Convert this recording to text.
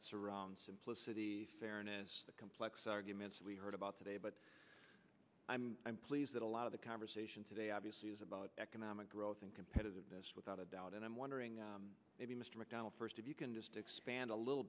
around simplicity fairness the complex arguments we heard about today but i'm pleased that a lot of the conversation today obviously is about economic growth and competitive this without a doubt and i'm wondering maybe mr mcdonnell first if you can just expand a little